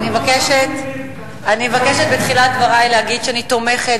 אני מבקשת בתחילת דברי להגיד שאני תומכת